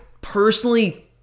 personally